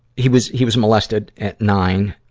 he was, he was molested at nine,